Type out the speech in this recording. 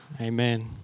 Amen